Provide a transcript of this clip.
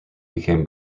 became